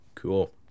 cool